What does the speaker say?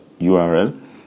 URL